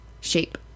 shape